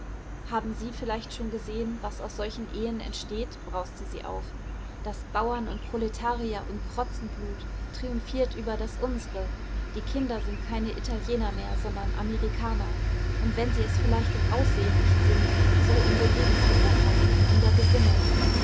haben sie vielleicht schon gesehen was aus solchen ehen entsteht brauste sie auf das bauern und proletarier und protzenblut triumphiert über das unsere die kinder sind keine italiener mehr sondern amerikaner und wenn sie es vielleicht im aussehen nicht sind so in den lebensgewohnheiten in der gesinnung